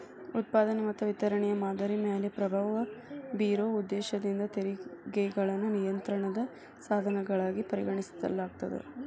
ಉತ್ಪಾದನೆ ಮತ್ತ ವಿತರಣೆಯ ಮಾದರಿಯ ಮ್ಯಾಲೆ ಪ್ರಭಾವ ಬೇರೊ ಉದ್ದೇಶದಿಂದ ತೆರಿಗೆಗಳನ್ನ ನಿಯಂತ್ರಣದ ಸಾಧನಗಳಾಗಿ ಪರಿಗಣಿಸಲಾಗ್ತದ